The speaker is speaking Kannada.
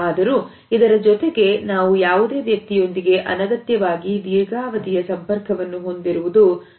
ಆದರೂ ಇದರ ಜೊತೆಗೆ ನಾವು ಯಾವುದೇ ವ್ಯಕ್ತಿಯೊಂದಿಗೆ ಅನಗತ್ಯವಾಗಿ ದೀರ್ಘಾವಧಿಯ ಸಂಪರ್ಕವನ್ನು ಹೊಂದಿರುವುದು ಬಹಳ ಮುಖ್ಯ